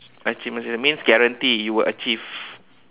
achievements means guarantee you will achieve